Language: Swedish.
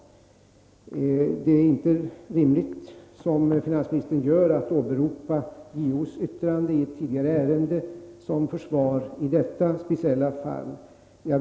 Det är inte rimligt att, som finansministern gör, åberopa JO:s yttrande i ett tidigare ärende som försvar i detta speciella fall.